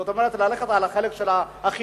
כלומר ללכת יותר על החלק של החינוך,